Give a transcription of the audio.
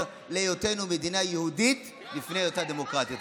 להיותה מדינה יהודית לפני היותה דמוקרטית.